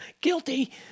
Guilty